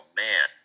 man